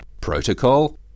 protocol